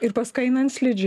ir paskui eina ant slidžių